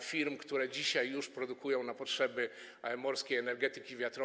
firm, które już dzisiaj produkują na potrzeby morskiej energetyki wiatrowej.